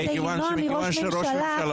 זה כדי למנוע מראש ממשלה --- מכיוון שראש ממשלה